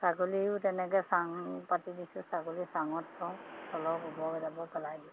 ছাগলীও তেনেকে চাং পাতি দিছোঁ ছাগলী চাঙত থওঁ তলত গোবৰ জাবৰ পেলাই দিওঁ